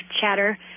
chatter